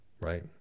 right